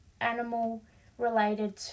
animal-related